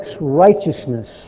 righteousness